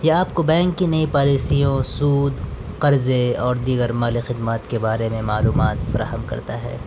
یہ آپ کو بینک کی نئی پالیسیوں اور سود قرضے اور دیگر مالی خدمات کے بارے میں معلومات فراہم کرتا ہے